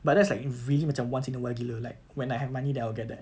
but that's like really macam once in a while gila like when I have money that I'll get that